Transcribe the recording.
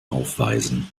aufweisen